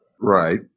Right